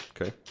Okay